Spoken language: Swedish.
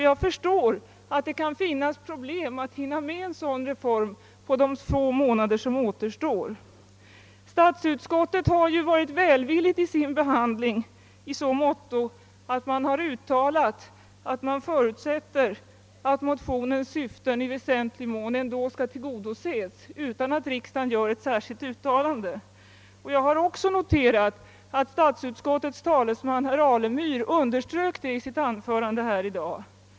Jag förstår att det kan vara problem förenade med att hinna genomföra en sådan reform på de få månader som återstår. Statsutskottet har ju varit välvilligt i sin behandling i så måtto att utskottet uttalat att det förutsätter att motionernas syfte i väsentlig mån skall tillgodoses utan att riksdagen gör ett särskilt uttalande. Jag har också noterat att statsutskottets talesman herr Alemyr underströk detta i sitt anförande.